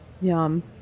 Yum